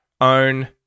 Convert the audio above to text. own